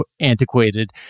antiquated